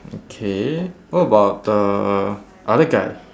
okay what about the other guy